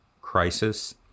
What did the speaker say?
crisis